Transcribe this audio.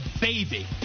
baby